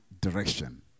direction